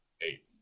Eight